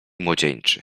młodzieńczy